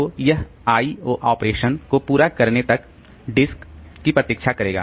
तो यह IO operation को पूरा करने तक डिस्क की प्रतीक्षा करेगा